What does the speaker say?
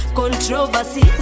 controversy